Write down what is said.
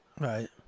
Right